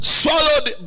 swallowed